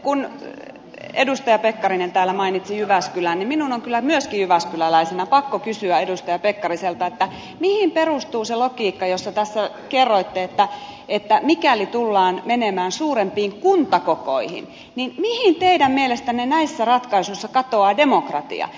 kun edustaja pekkarinen täällä mainitsi jyväskylän niin minun on kyllä myöskin jyväskyläläisenä pakko kysyä edustaja pekkariselta mihin perustuu se logiikka josta tässä kerroitte että mikäli tullaan menemään suurempiin kuntakokoihin niin mihin teidän mielestänne näissä ratkaisuissa katoaa demokratia